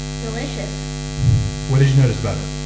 delicious what did you notice about it?